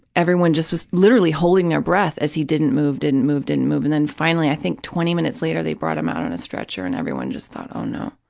everyone just was literally holding their breath as he didn't move, didn't move, didn't move. and then finally, i think twenty minutes later, they brought him out on a stretcher and everyone just thought, oh, no.